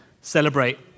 celebrate